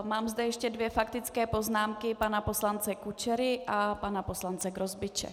Mám zde ještě dvě faktické poznámky pana poslance Kučery a pana poslance Grospiče.